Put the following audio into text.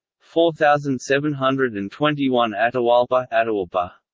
four thousand seven hundred and twenty one atahualpa atahualpa